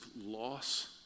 loss